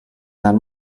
that